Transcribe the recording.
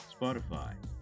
Spotify